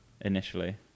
initially